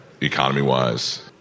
economy-wise